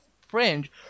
fringe